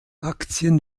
aktien